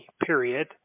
period